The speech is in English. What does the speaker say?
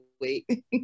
Wait